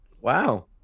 Wow